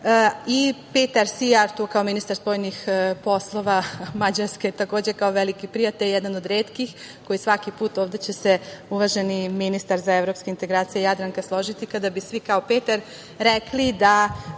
Sijarto, ministar spoljnih poslova Mađarske, takođe veliki prijatelj, jedan od retkih, kao i svaki put ovde će se uvaženi ministar za evropske integracije Jadranka složiti, kada bi svi kao Peter rekli, ako